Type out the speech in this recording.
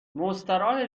مستراحه